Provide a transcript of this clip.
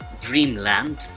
Dreamland